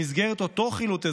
במסגרת אותו חילוט אזרחי,